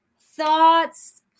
thoughts